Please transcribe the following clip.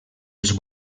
els